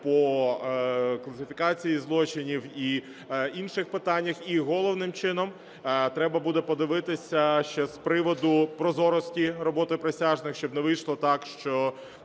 по класифікації злочинів і інших питаннях. І головним чином, треба буде подивитися ще з приводу прозорості роботи присяжних, щоб не вийшло так, що